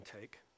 take